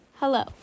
Hello